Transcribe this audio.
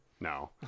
No